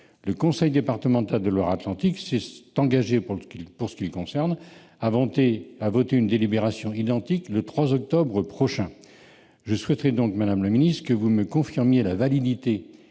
Le conseil départemental de Loire-Atlantique s'est engagé, pour ce qui le concerne, à voter une délibération identique, le 3 octobre prochain. Je souhaiterais donc, madame la secrétaire d'État, que vous me confirmiez la validité